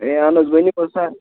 ہے اَہَن حظ ؤنیو حظ سَر